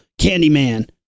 Candyman